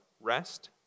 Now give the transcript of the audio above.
rest